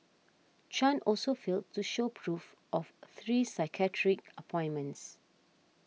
Chan also failed to show proof of three psychiatric appointments